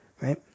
right